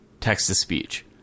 text-to-speech